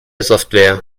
software